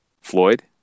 Floyd